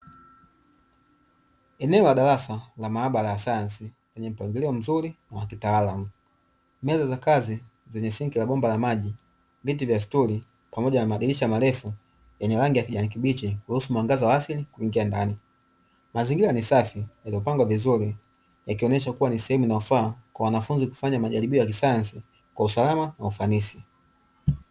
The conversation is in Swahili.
Eneo la darasa la maabara ya sayansi lenye mpangilio mzuri wa kitaalamu, meza za kazi zenye sinki la bomba la maji, viti vya stuli pamoja na madirisha marefu, yenye rangi ya kijani kibichi kuruhusu mwangaza wa asili kuingia ndani, mazingira ni safi yaliyopangwa vizuri, yakionyesha kuwa ni sehemu inayofaa kwa wanafunzi kufanya majaribio ya kisayansi kwa usalama na ufanisi.